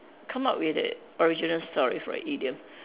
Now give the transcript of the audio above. come up with a original story for a idiom